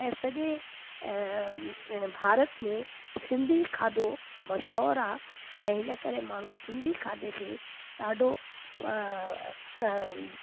ऐं सॼे ऐं भारत में सिंधी खाधो मशहूरु आहे ऐं इन करे माण्हू सिंधी खाधे खे ॾाढो न